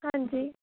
ਹਾਂਜੀ